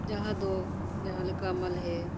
ᱡᱟᱦᱟᱸ ᱫᱚ ᱡᱟᱦᱟᱸ ᱞᱮᱠᱟ ᱢᱟᱞᱦᱮ